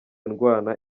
ndwana